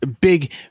big